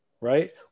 right